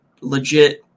legit